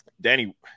Danny